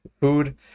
food